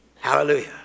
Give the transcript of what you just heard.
Hallelujah